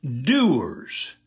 doers